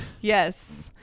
Yes